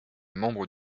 membres